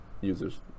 users